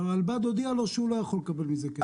אבל הרלב"ד הודיע לו שהוא לא יכול לקבל מזה כסף.